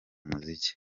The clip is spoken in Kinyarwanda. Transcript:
muziki